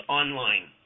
online